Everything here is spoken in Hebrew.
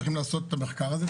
צריכים לעשות את המחקר הזה,